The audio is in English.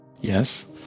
Yes